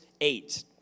eight